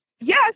Yes